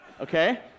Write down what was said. Okay